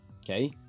Okay